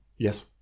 Yes